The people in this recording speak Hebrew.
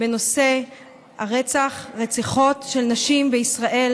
בנושא הרציחות של נשים בישראל,